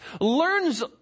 learns